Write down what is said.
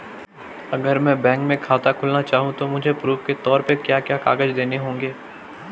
अगर मैं बैंक में खाता खुलाना चाहूं तो मुझे प्रूफ़ के तौर पर क्या क्या कागज़ देने होंगे?